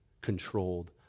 controlled